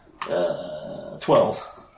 Twelve